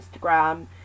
instagram